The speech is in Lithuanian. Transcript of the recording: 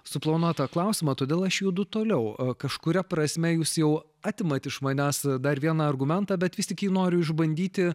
suplanuotą klausimą todėl aš judu toliau kažkuria prasme jūs jau atimate iš manęs dar vieną argumentą bet vis tik jį noriu išbandyti